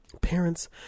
Parents